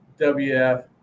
WF